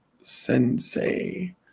Sensei